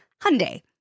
Hyundai